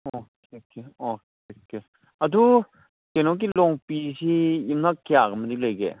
okay okay okay ꯑꯗꯨ ꯀꯩꯅꯣꯒꯤ ꯂꯣꯡꯄꯤꯁꯤ ꯌꯨꯝꯅꯥꯛ ꯀꯌꯥꯒꯨꯝꯕꯗꯤ ꯂꯩꯒꯦ